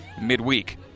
midweek